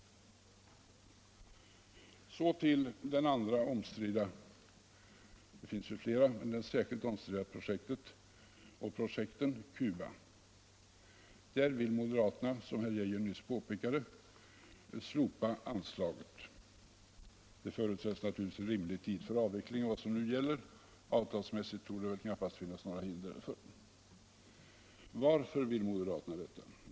Så till det andra särskilt omstridda projektet, nämligen Cuba. Där vill moderaterna, som herr Arne Geijer nyss påpekade, slopa anslaget. Det förutsätts naturligtvis en rimlig tid för avveckling av vad som nu gäller, och avtalsmässigt torde det knappast finnas några hinder härför. Varför vill moderaterna detta?